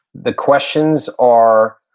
the questions are,